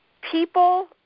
People